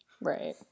Right